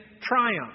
triumph